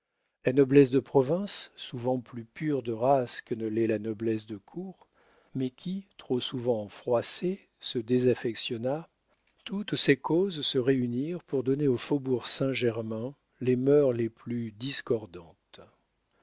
la noblesse de province souvent plus pure de race que ne l'est la noblesse de cour mais qui trop souvent froissée se désaffectionna toutes ces causes se réunirent pour donner au faubourg saint-germain les mœurs les plus discordantes